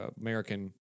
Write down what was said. American